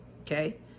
Okay